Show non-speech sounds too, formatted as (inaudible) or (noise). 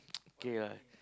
(noise) okay lah